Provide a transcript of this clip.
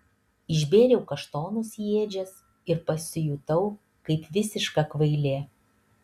išbėriau kaštonus į ėdžias ir pasijutau kaip visiška kvailė